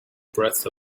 breath